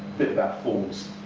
bit about forms.